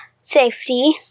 safety